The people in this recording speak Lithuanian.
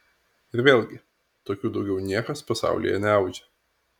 ir vėlgi tokių daugiau niekas pasaulyje neaudžia